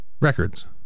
Records